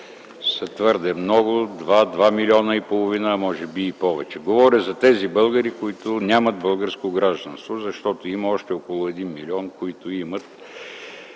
са твърде много, около 2-2,5 милиона, а може би и повече. Говоря за тези българи, които нямат българско гражданство, защото има още около 1 милион, които имат